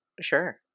Sure